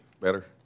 better